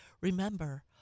remember